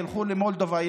ילכו למולדובה,